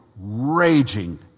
raging